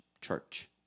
church